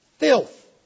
Filth